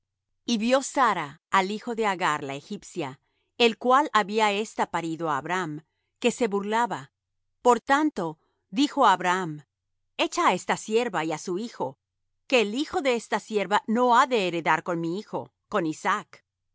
y vió sara al hijo de agar la egipcia el cual había ésta parido á abraham que se burlaba por tanto dijo á abraham echa á esta sierva y á su hijo que el hijo de esta sierva no ha de heredar con mi hijo con isaac